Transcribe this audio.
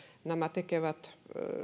nämä tekevät